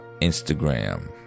Instagram